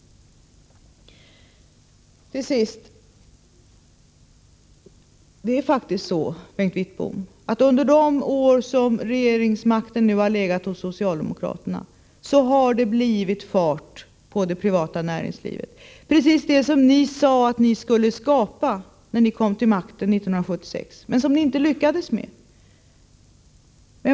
Till sist: Det är faktiskt så, Bengt Wittbom, att under de år regeringsmakten nu har legat hos socialdemokraterna har det blivit fart på det privata näringslivet — precis det som ni sade att ni skulle skapa när ni kom till makten 1976 men som ni inte lyckades med.